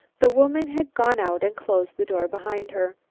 the woman had gone out and closed the door behind her.